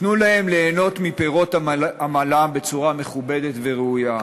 תנו להם ליהנות מפירות עמלם בצורה מכובדת וראויה.